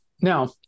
Now